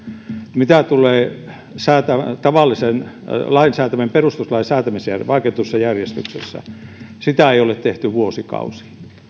mitä tulee tavallisen lain säätämiseen vaikeutetussa järjestyksessä sitä ei ole tehty vuosikausiin